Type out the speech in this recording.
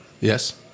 yes